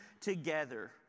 together